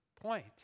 point